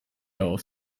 auf